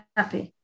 happy